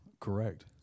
Correct